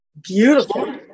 Beautiful